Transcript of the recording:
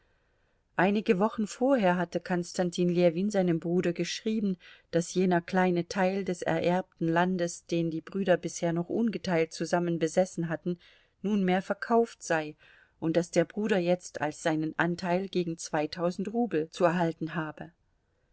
einige wochen vorher hatte konstantin ljewin seinem bruder geschrieben daß jener kleine teil des ererbten landes den die brüder bisher noch ungeteilt zusammen besessen hatten nunmehr verkauft sei und daß der bruder jetzt als seinen anteil gegen zweitausend rubel zu erhalten habe